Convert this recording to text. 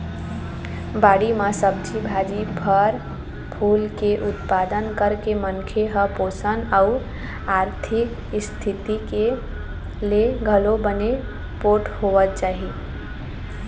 बाड़ी म सब्जी भाजी, फर फूल के उत्पादन करके मनखे ह पोसन अउ आरथिक इस्थिति ले घलोक बने पोठ होवत जाही